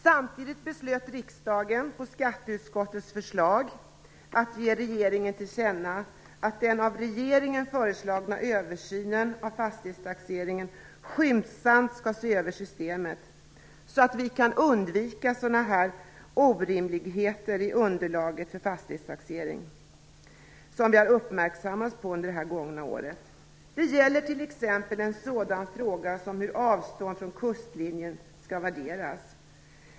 Samtidigt beslöt riksdagen, på skatteutskottets förslag, att ge regeringen till känna att den av regeringen föreslagna översynen av systemet för fastighetstaxering skall göras skyndsamt, så att vi kan undvika sådana här orimligheter i underlaget för fastighetstaxering som vi har uppmärksammats på under det gångna året. Det gäller t.ex. en sådan fråga som hur avstånd från kustlinjen skall värderas.